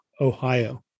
Ohio